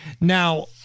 Now